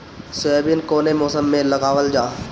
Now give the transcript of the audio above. Soybean कौने मौसम में लगावल जा?